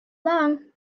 long